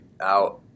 out